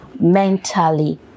mentally